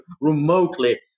remotely